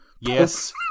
Yes